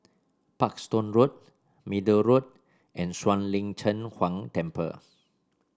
Parkstone Road Middle Road and Shuang Lin Cheng Huang Temple